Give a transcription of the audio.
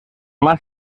más